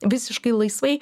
visiškai laisvai